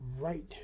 right